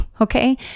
Okay